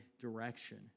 direction